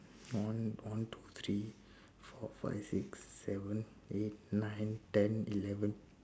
one one two three four five six seven eight nine ten eleven